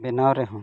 ᱵᱮᱱᱟᱣ ᱨᱮᱦᱚᱸ